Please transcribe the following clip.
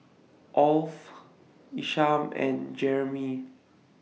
of Isham and Jerimy